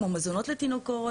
כמו מזונות לתינוקות,